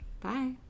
Bye